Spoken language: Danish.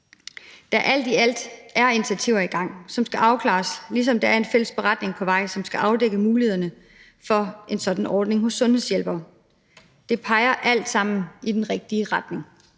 Alt i alt er der initiativer i gang, som skal afklares, ligesom der er en fælles beretning på vej, som skal afdække mulighederne for en sådan ordning for sundhedshjælpere. Det peger alt sammen i den rigtige retning.